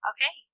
Okay